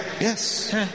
Yes